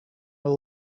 have